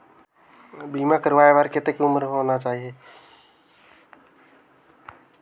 बीमा करवाय बार कतेक उम्र होना चाही?